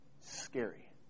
scary